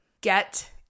get